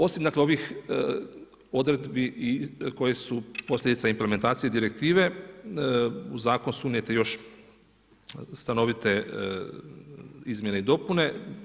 Osim dakle ovih odredbi koje su posljedica implementacije Direktive, u Zakon su unijete još stanovite izmjene i dopune.